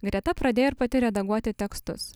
greta pradėjo ir pati redaguoti tekstus